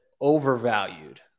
overvalued